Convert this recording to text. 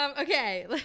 okay